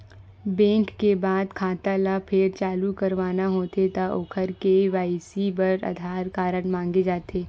bank के बंद खाता ल फेर चालू करवाना होथे त ओखर के.वाई.सी बर आधार कारड मांगे जाथे